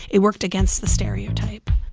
it worked against the stereotype